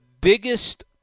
biggest